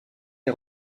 est